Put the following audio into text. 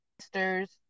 sisters